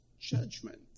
judgment